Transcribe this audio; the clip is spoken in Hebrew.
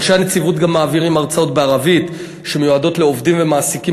אנשי הנציבות גם מעבירים הרצאות בערבית שמיועדות לעובדים ומעסיקים